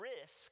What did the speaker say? risk